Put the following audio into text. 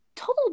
total